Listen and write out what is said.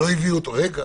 רגע